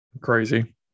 crazy